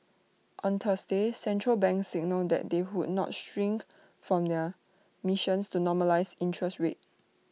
on Thursday central banks signalled that they would not shirk from their missions to normalise interest rates